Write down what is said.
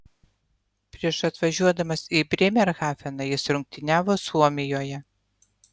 prieš atvažiuodamas į brėmerhafeną jis rungtyniavo suomijoje